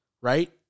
Right